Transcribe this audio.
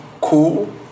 cool